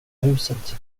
huset